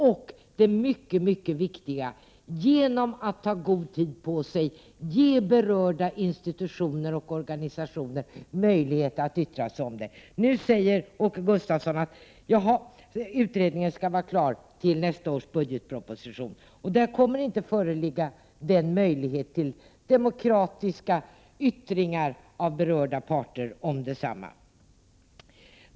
Och det mycket viktiga: genom att man tar god tid på sig kan berörda institutioner och organisationer få möjlighet att yttra sig. Nu säger Åke Gustavsson att utredningen skall vara klar till nästa års budgetproposition, men då kommer det inte att föreligga någon möjlighet till demokratiska bedömningar från de olika instansernas sida.